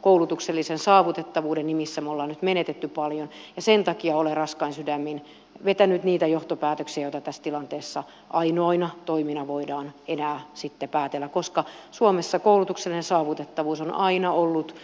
koulutuksellisen saavutettavuuden nimissä me olemme nyt menettäneet paljon ja sen takia olen raskain sydämin vetänyt niitä johtopäätöksiä joita tässä tilanteessa ainoina toimina voidaan enää sitten päätellä koska suomessa koulutuksellinen saavutettavuus on aina ollut